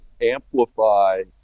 amplify